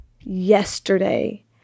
yesterday